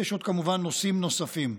יש עוד, כמובן, נושאים נוספים.